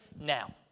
now